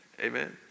amen